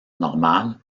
normal